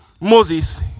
Moses